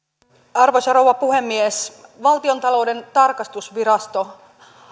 arvoisa rouva puhemies valtiontalouden tarkastusvirasto